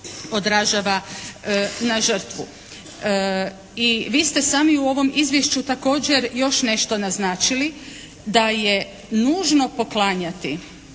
na žrtvu. I vi ste sami u ovom izvješću također još nešto naznačili da je nužno poklanjati